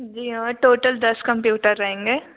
जी हाँ टोटल दस कंप्यूटर रहेंगे